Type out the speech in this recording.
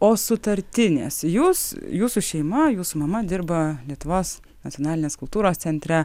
o sutartinės jūs jūsų šeima jūsų mama dirba lietuvos nacionalinės kultūros centre